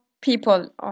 people